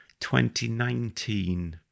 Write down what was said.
2019